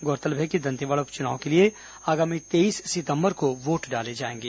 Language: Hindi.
गौरतलब है कि दंतेवाड़ा उप चुनाव के लिए आगामी तेईस सितंबर को वोट डाले जाएंगे